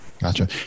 Gotcha